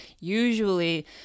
usually